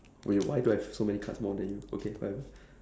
wait why do I have so many more cards than you okay whatever